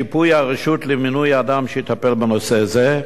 שיפוי הרשות למינוי אדם שיטפל בנושא זה,